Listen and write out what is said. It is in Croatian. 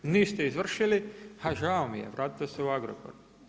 Niste izvršili, ha žao mi je, vratite se u Agrokor.